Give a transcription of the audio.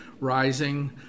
rising